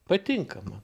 patinka man